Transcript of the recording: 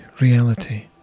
reality